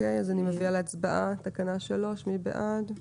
אני מביאה להצבעה את תקנה 3. מי בעד?